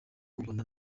ubona